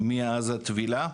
מאז הטבילה.